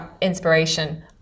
inspiration